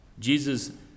Jesus